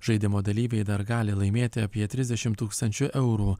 žaidimo dalyviai dar gali laimėti apie trisdešimt tūkstančių eurų